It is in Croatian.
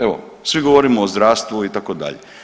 Evo svi govorimo o zdravstvu itd.